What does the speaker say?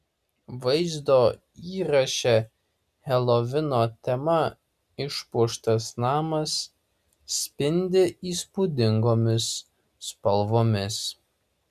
vaizdo įraše helovino tema išpuoštas namas spindi įspūdingomis spalvomis